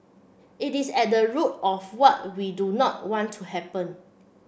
it is at the root of what we do not want to happen